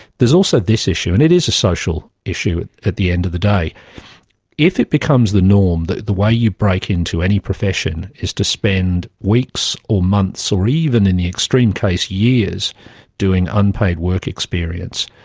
there's also this issue, and it is a social issue at the end of the day if it becomes the norm that the way you break into any profession is to spend weeks or months or even in the extreme case years doing unpaid work experience,